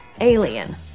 alien